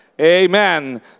Amen